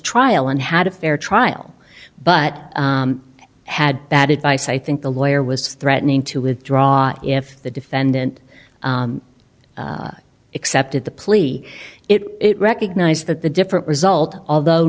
trial and had a fair trial but had bad advice i think the lawyer was threatening to withdraw if the defendant accepted the plea it recognized that the different result although